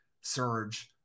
surge